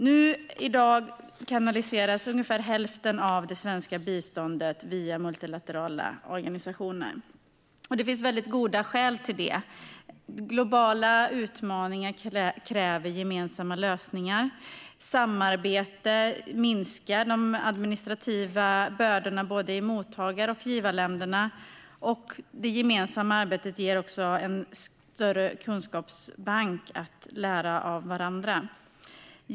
I dag kanaliseras ungefär hälften av det svenska biståndet via multilaterala organisationer, och det finns väldigt goda skäl till det. Globala utmaningar kräver gemensamma lösningar. Samarbete minskar de administrativa bördorna i både mottagarländerna och givarländerna. Det gemensamma arbetet ger en större kunskapsbank där man kan lära av varandra.